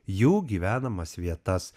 jų gyvenamas vietas